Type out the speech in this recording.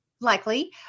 likely